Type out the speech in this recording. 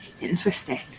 Interesting